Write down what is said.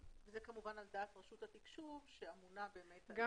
זה כמובן על דעת רשות התקשוב שאמונה על --- גם